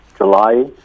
July